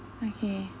okay